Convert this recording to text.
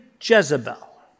Jezebel